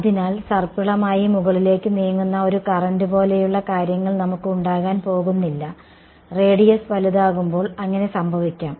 അതിനാൽ സർപ്പിളമായി മുകളിലേക്ക് നീങ്ങുന്ന ഒരു കറന്റ് പോലെയുള്ള കാര്യങ്ങൾ നമുക്ക് ഉണ്ടാകാൻ പോകുന്നില്ല റേഡിയസ് വലുതാകുമ്പോൾ അങ്ങനെ സംഭവിക്കാം